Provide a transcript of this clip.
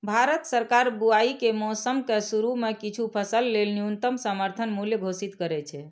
भारत सरकार बुआइ के मौसम के शुरू मे किछु फसल लेल न्यूनतम समर्थन मूल्य घोषित करै छै